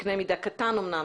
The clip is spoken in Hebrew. בקנה מידה קטן אמנם,